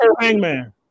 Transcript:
hangman